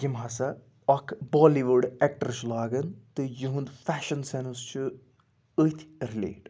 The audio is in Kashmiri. یِم ہَسا اکھ بالی وُڈ ایٚکٹر چھِ لاگَان تہٕ یِہُنٛد فیشَن سیٚنٕس چھُ أتھۍ رِلیٹ